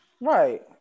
right